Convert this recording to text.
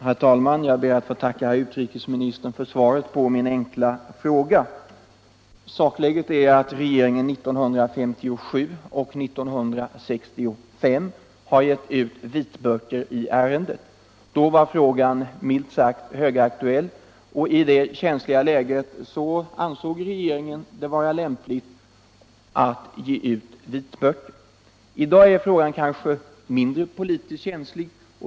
Herr talman! Jag ber att få tacka herr utrikesministern för svaret på min fråga. Sakläget är att regeringen 1957 och 1965 har givit ut vitböcker i ärendet. Då var denna sak milt sagt högaktuell. I det känsliga läget ansåg regeringen det vara lämpligt att ge ut vitböcker. I dag är frågan kanske mindre politiskt känslig.